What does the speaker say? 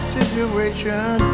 situation